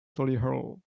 solihull